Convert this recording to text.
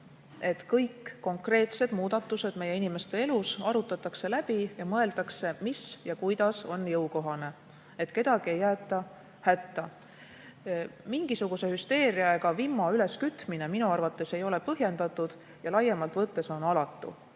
kõik konkreetsed muudatused meie inimeste elus arutatakse läbi ning mõeldakse, mis ja kuidas on jõukohane, ning kedagi ei jäeta hätta. Mingisuguse hüsteeria ega vimma üleskütmine minu arvates ei ole põhjendatud ja laiemalt võttes on see alatu.